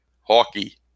hockey